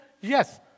Yes